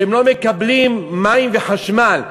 שהם לא מקבלים מים וחשמל.